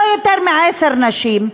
לא יותר מעשר נשים,